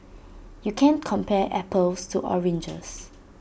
you can't compare apples to oranges